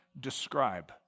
describe